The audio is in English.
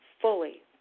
fully